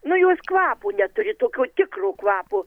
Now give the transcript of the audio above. nu jos kvapo neturi tokio tikro kvapo